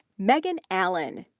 megan allan.